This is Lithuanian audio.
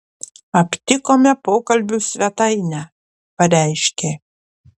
aptikome pokalbių svetainę pareiškė